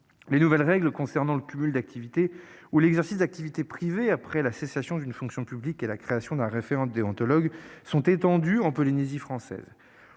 Les nouvelles règles concernant le cumul d'activités ou l'exercice d'activités privées après la cessation d'une fonction publique et la création d'un référent déontologue sont étendues en Polynésie française.